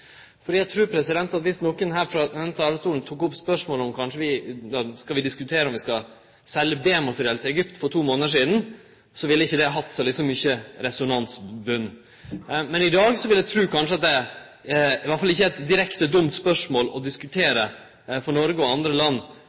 trur at viss nokon her frå denne talarstolen for to månader sidan hadde teke opp spørsmålet om vi kanskje skulle selje B-materiell til Egypt, så ville ikkje det hatt så mykje resonansbotn. Men i dag ville eg tru at det iallfall ikkje hadde vore direkte dumt for Noreg og andre land å diskutere korleis vi stiller oss til det. Det er jo ikkje sånn at situasjonen for demokrati og